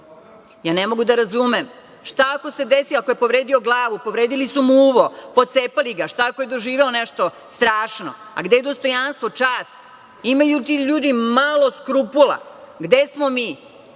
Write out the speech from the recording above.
Ne mogu da razumem. Šta ako se desi, ako je povredio glavu? Povredili su mu uvo, pocepali ga. Šta ako je doživeo nešto strašno? Gde je dostojanstvo? Čast? Imaju li ti ljudi malo skrupula? Gde smo mi?